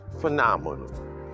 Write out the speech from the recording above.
phenomenal